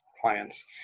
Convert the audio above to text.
clients